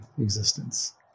existence